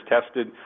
tested